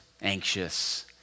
anxious